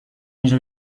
اینجا